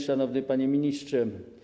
Szanowny Panie Ministrze!